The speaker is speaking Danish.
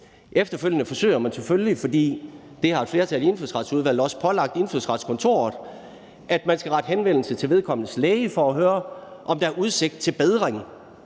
Efterfølgende forsøger man selvfølgelig – for det har et flertal i Indfødsretsudvalget også pålagt Indfødsretskontoret – at rette henvendelse til vedkommendes læge for at høre, om der er udsigt til bedring,